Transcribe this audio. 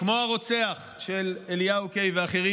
כמו הרוצח של אליהו קיי ואחרים,